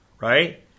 right